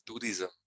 tourism